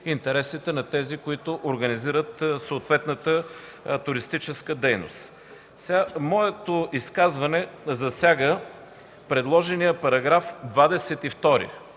интересите на тези, които организират съответната туристическа дейност. Моето изказване засяга предложения § 22.